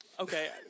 Okay